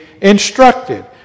instructed